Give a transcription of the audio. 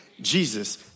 Jesus